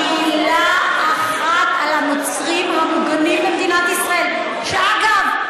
מילה אחת על הנוצרים המוגנים במדינת ישראל, שאגב,